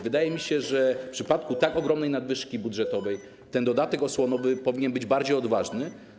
Wydaje mi się, że w przypadku tak ogromnej nadwyżki budżetowej ten dodatek osłonowy powinien być bardziej odważny.